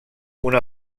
una